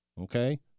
okay